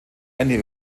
eine